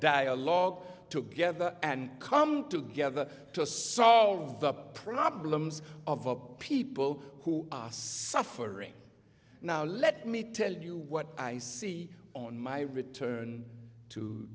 dialogue together and come together to solve the problems of a people who are suffering now let me tell you what i see on my return to